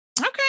Okay